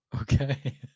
okay